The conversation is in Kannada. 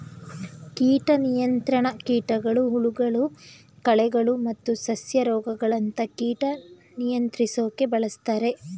ಕೀಟ ನಿಯಂತ್ರಣ ಕೀಟಗಳು ಹುಳಗಳು ಕಳೆಗಳು ಮತ್ತು ಸಸ್ಯ ರೋಗಗಳಂತ ಕೀಟನ ನಿಯಂತ್ರಿಸೋಕೆ ಬಳುಸ್ತಾರೆ